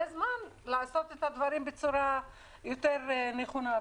זה זמן לעשות את הדברים בצורה יותר נכונה.